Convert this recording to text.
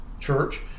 Church